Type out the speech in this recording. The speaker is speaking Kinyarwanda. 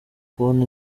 kubona